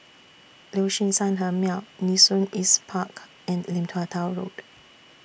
Liuxun Sanhemiao Nee Soon East Park and Lim Tua Tow Road